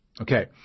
Okay